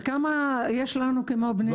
אבל כמה יש לנו כמו בני ברק?